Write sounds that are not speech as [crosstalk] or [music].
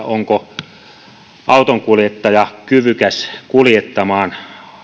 [unintelligible] onko autonkuljettaja kyvykäs kuljettamaan